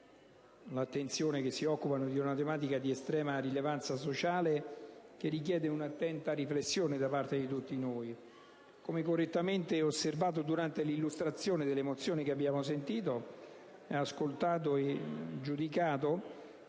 oggetto, come le altre, una tematica di estrema rilevanza sociale che richiede un'attenta riflessione da parte di tutti noi. Come correttamente osservato durante l'illustrazione delle mozioni che abbiamo ascoltato e giudicato,